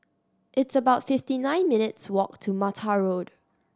it's about fifty nine minutes' walk to Mattar Road